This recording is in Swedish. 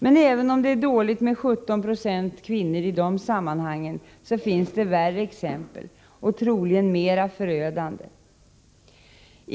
Men även om det är dåligt med 1796 kvinnor i det sammanhanget så finns det värre exempel och troligen mer förödande.